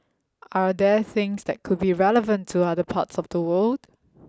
are there things that could be relevant to other parts of the world